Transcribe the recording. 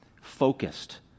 focused